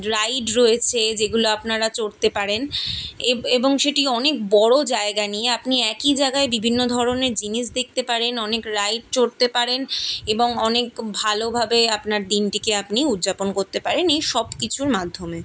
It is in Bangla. রাইড রয়েছে যেগুলো আপনারা চড়তে পারেন এবং সেটি অনেক বড় জায়গা নিয়ে আপনি একই জায়গায় বিভিন্ন ধরনের জিনিস দেখতে পারেন অনেক রাইড চড়তে পারেন এবং অনেক ভালোভাবে আপনার দিনটিকে আপনি উদযাপন করতে পারেন এই সব কিছুর মাধ্যমে